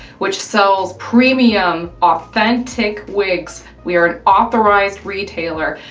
which sells premium, authentic wigs. we are an authorized retailer,